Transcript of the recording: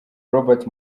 robert